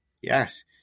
yes